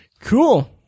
cool